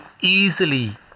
easily